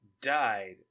died